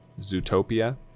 Zootopia